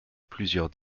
plusieurs